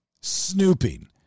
Snooping